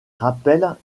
rappelle